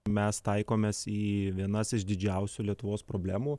mes taikomės į vienas iš didžiausių lietuvos problemų